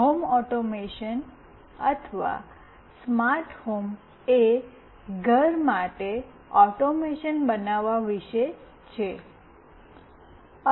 home automation અથવા smart home એ ઘર માટે ઓટોમેશન બનાવવા વિશે છે